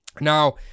Now